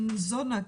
שניזונה,